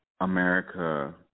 America